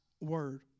word